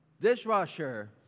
dishwasher